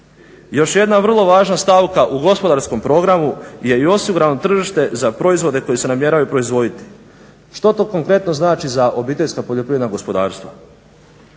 Još jedna vrlo važna stavka u gospodarskom programu je i osigurano tržište za proizvode koji se namjeravaju proizvoditi. Što to konkretno znači za OPG-e? Hoće li oni morat